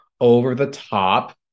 over-the-top